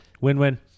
Win-win